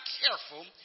careful